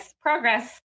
progress